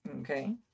okay